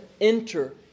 enter